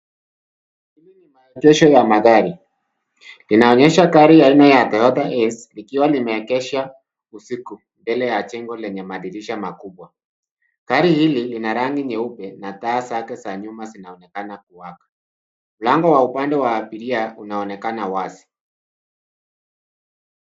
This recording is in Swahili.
Hii ni maegesho ya magari. Linaonyesha gari aina ya Toyota S likiwa limeegeshwa usiku, mbele ya jengo lenye madirisha makubwa. Gari hili lina rangi nyeupe na taa zake za nyuma zinaonekana kuwaka. Mlango wa upande wa abiria unaonekana wazi.